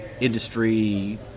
industry